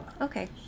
Okay